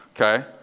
okay